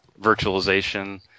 virtualization